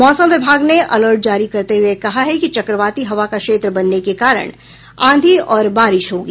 मौसम विभाग ने अलर्ट जारी करते हुये कहा है कि चक्रवाती हवा का क्षेत्र बनने के कारण आंधी और बारिश होगी